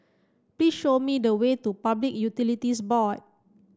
please show me the way to Public Utilities Board